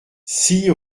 six